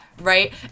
right